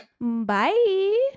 Bye